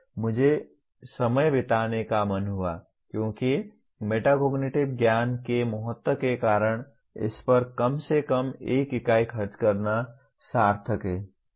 मुझे समय बिताने का मन हुआ क्योंकि मेटाकॉग्निटिव ज्ञान के महत्व के कारण इस पर कम से कम एक इकाई खर्च करना सार्थक है